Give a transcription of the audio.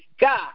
God